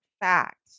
fact